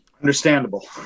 Understandable